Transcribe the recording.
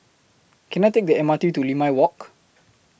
Can I Take The M R T to Limau Walk